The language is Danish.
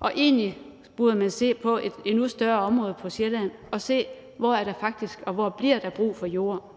og egentlig burde man se på et endnu større område på Sjælland og se, hvor der faktisk er og hvor der bliver brug for jord.